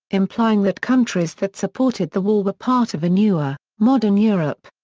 implying that countries that supported the war were part of a newer, modern europe.